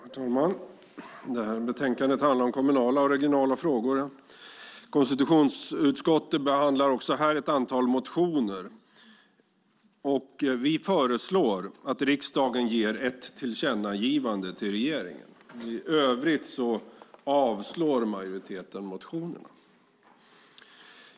Herr talman! Det här betänkandet handlar om kommunala och regionala frågor. Konstitutionsutskottet behandlar också här ett antal motioner. Vi föreslår att riksdagen gör ett tillkännagivande till regeringen. I övrigt avslår majoriteten motionerna.